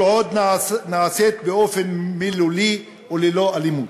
כל עוד היא נעשית באופן מילולי וללא אלימות.